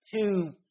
two